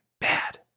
bad